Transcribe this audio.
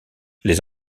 les